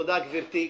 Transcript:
תודה, גברתי.